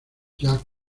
jack